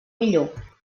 millor